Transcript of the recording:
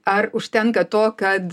ar užtenka to kad